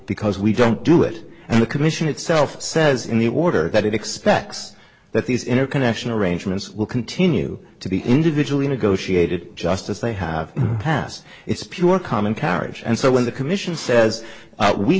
because we don't do it and the commission itself says in the order that it expects that these interconnection arrangements will continue to be individually negotiated just as they have passed it's pure common carriage and so when the commission says